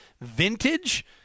vintage